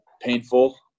painful